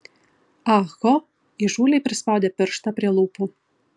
ah ho įžūliai prispaudė pirštą prie lūpų